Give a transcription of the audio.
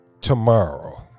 tomorrow